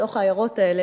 בתוך העיירות האלה,